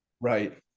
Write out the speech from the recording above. right